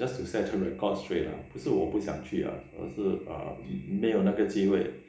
just to set the record straight ah 不是我不想去啊是啊没有那个机会